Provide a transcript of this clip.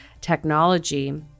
technology